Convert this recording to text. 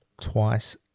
Twice